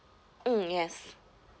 mm yes